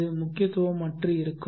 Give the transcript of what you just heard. அது முக்கியத்துவம் அற்று இருக்கும்